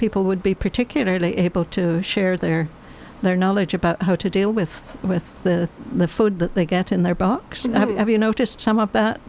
people would be particularly able to share their their knowledge about how to deal with with the the food that they get in their box and you noticed some of that